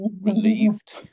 relieved